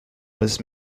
was